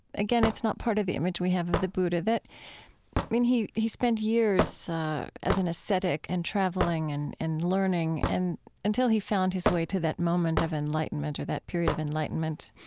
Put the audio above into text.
again, it's not part of the image we have of the buddha that, i mean, he he spent years as an ascetic and traveling and and learning and until he found his way to that moment of enlightenment or that period of enlightenment.